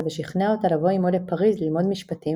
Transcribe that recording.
ושכנע אותה לבוא עמו לפריז ללמוד משפטים,